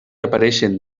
apareixen